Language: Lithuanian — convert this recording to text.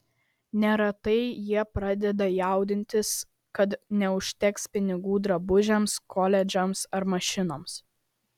neretai jie pradeda jaudintis kad neužteks pinigų drabužiams koledžams ar mašinoms